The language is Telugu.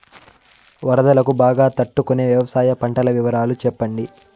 వరదలకు బాగా తట్టు కొనే వ్యవసాయ పంటల వివరాలు చెప్పండి?